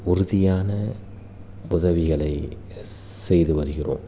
உறுதியான உதவிகளை செய்து வருகிறோம்